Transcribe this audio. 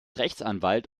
rechtsanwalt